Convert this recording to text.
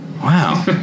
Wow